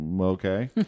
okay